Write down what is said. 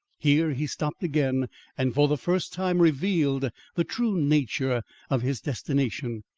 here he stopped again and for the first time revealed the true nature of his destination.